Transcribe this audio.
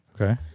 Okay